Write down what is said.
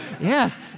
yes